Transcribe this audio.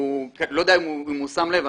לא יודע אם הוא שם לב,